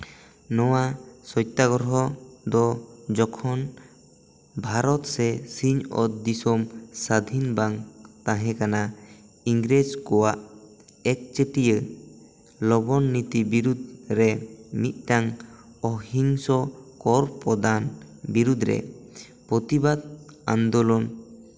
ᱱᱚᱣᱟ ᱥᱚᱛᱛᱟᱜᱨᱚᱦᱚ ᱫᱚ ᱡᱚᱠᱷᱚᱱ ᱵᱷᱟᱨᱚᱛ ᱥᱮ ᱥᱤᱧᱚᱛ ᱫᱤᱥᱚᱢ ᱥᱟᱫᱷᱤᱱ ᱵᱟᱝ ᱛᱟᱦᱮᱸ ᱠᱟᱱᱟ ᱤᱝᱨᱮᱡᱽ ᱠᱚᱣᱟᱜ ᱮᱠᱪᱤᱴᱤᱭᱟᱹ ᱞᱚᱵᱚᱱ ᱱᱤᱛᱤ ᱵᱤᱨᱩᱫᱽ ᱨᱮ ᱢᱤᱫᱴᱟᱝ ᱚᱦᱤᱝᱥᱚ ᱠᱚᱨ ᱯᱨᱚᱫᱟᱱ ᱵᱤᱨᱩᱫᱽ ᱨᱮ ᱯᱨᱚᱛᱤᱵᱟᱫ ᱟᱱᱫᱳᱞᱚᱱ